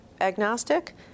agnostic